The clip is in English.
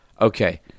Okay